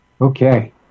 Okay